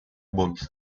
bolos